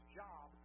job